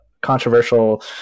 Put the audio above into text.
controversial